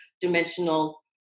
dimensional